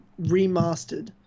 remastered